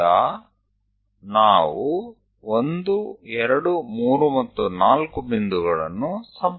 C થી આપણે 123 અને 4 બિંદુઓ જોડવા જશું